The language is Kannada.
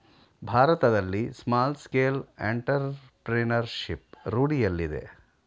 ಭಾರತದಲ್ಲಿ ಸ್ಮಾಲ್ ಸ್ಕೇಲ್ ಅಂಟರ್ಪ್ರಿನರ್ಶಿಪ್ ರೂಢಿಯಲ್ಲಿದೆ